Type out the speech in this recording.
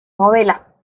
novelas